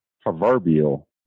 proverbial